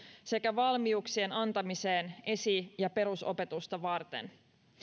sekä valmiuksien antamiseen esi ja perusopetusta varten